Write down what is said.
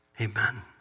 Amen